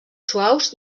suaus